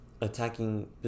attacking